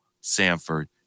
Sanford